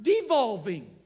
devolving